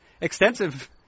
extensive